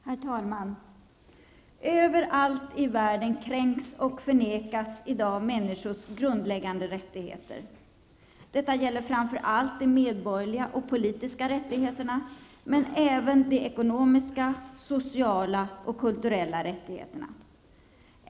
Herr talman! Överallt i världen kränks och förnekas i dag människors grundläggande rättigheter. Detta gäller framför allt de medborgerliga och politiska rättigheterna men även de ekonomiska, sociala och kulturella rättigheterna.